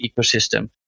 ecosystem